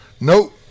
Nope